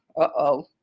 uh-oh